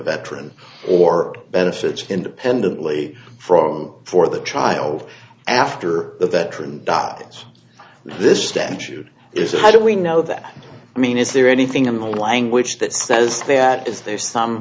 veteran or benefits independently from for the child after the veteran dies this statute is a how do we know that i mean is there anything in the language that says that is there some